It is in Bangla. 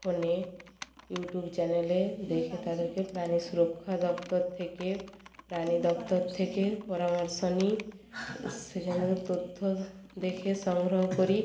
ফোনে ইউটিউব চ্যানেলে দেখে তাদেরকে প্রাণী সুরক্ষা দপ্তর থেকে প্রাণী দপ্তর থেকে পরামর্শ নিই সেখানে তথ্য দেখে সংগ্রহ করি